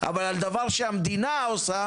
אבל לא אוותר על דברים שהמדינה עושה.